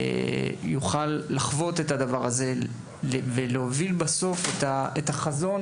יוכל לחוות את הדבר הזה ולהוביל בסוף את החזון